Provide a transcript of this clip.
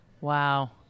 Wow